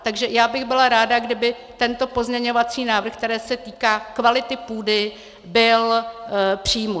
Takže já bych byla ráda, kdyby tento pozměňovací návrh, který se týká kvality půdy, byl přijat.